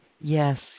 yes